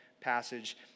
passage